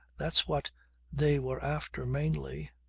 that's what they were after mainly.